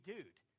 Dude